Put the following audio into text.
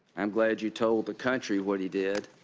i'm glad you told the country what he did.